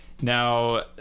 Now